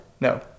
No